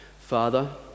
Father